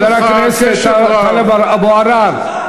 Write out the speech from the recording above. חבר הכנסת טלב אבו עראר.